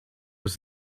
was